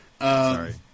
sorry